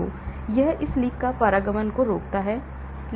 तो यह इस लीक पारगमन को रोकता है